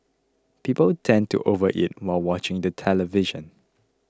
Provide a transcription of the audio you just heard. people tend to overeat while watching the television